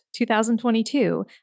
2022